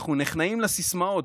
אנחנו נכנעים לסיסמאות.